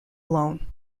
alone